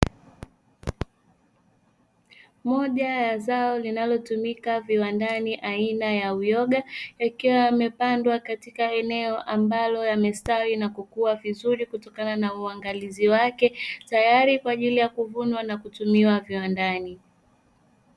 Moja ya zao linalotumika viwandani aina ya uyoga, yakiwa yamepandwa katika eneo ambalo yamestawi na kukua vizuri kutokana na uangalizi wake, tayari kwa ajili ya kuvunwa na kutumiwa viwandani.